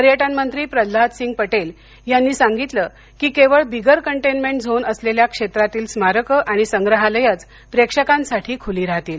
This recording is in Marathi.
पर्यटन मंत्री प्रल्हाद सिंग पटेल यांनी सांगितलं की केवळ बिगर कंटेनमेंट झोन असलेल्या क्षेत्रातील स्मारकं आणि संग्रहालयंच प्रेक्षकांसाठी खुली राहतील